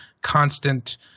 constant